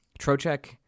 Trocek